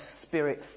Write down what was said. spirit